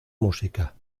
música